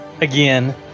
Again